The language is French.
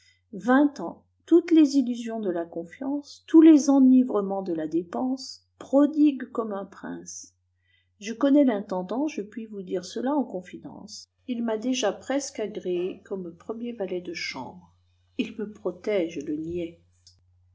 vingt ans toutes les illusions de la confiance tous les enivrements de la dépense prodigue comme un prince je connais l'intendant je puis vous dire cela en confidence il m'a déjà presque agréé comme premier valet de chambre il me protège le